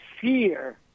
fear